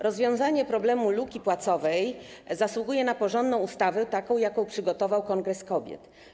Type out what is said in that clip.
Rozwiązanie problemu luki płacowej zasługuje na porządną ustawę, taką jaką przygotował Kongres Kobiet.